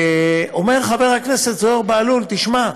אומר חבר הכנסת זוהיר בהלול: תשמע,